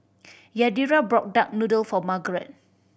Yadira brought duck noodle for Margrett